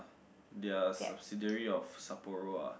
they're subsidiary of Sapporo ah